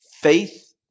faith